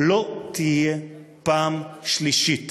לא תהיה פעם שלישית.